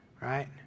right